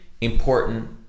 important